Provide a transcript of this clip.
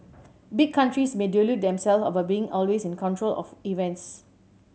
big countries may delude themselves about being always in control of events